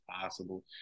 possible